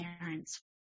parents